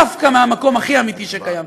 דווקא מהמקום הכי אמיתי שקיים.